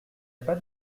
pas